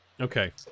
Okay